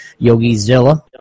YogiZilla